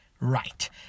right